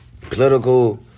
political